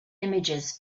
images